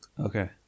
Okay